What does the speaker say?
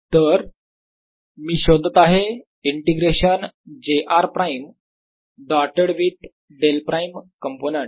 तर मी शोधत आहे integration j r prime dotted with Dell prime component